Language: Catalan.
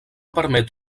permet